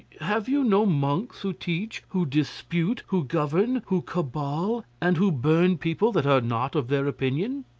have you no monks who teach, who dispute, who govern, who cabal, and who burn people that are not of their opinion?